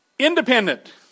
independent